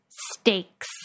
steaks